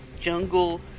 jungle